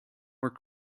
more